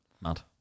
mad